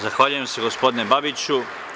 Zahvaljujem se, gospodine Babiću.